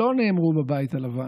שלא נאמרו בבית הלבן.